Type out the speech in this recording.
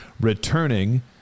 returning